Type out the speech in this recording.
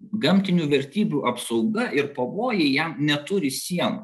gamtinių vertybių apsauga ir pavojai jie neturi sienų